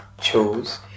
chose